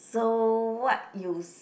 so what you s~